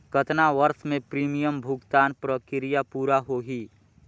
कतना वर्ष मे प्रीमियम भुगतान प्रक्रिया पूरा होही?